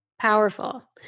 Powerful